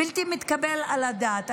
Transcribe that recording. בלתי מתקבל על הדעת.